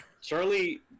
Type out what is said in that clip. Charlie